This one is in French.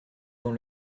dans